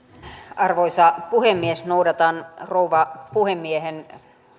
arvoisa puhemies noudatan rouva puhemiehen